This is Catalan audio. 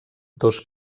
dos